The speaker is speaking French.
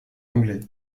anglais